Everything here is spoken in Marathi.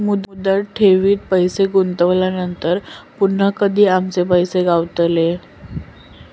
मुदत ठेवीत पैसे गुंतवल्यानंतर पुन्हा कधी आमचे पैसे गावतले?